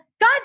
God